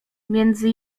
między